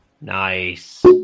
Nice